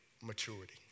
maturity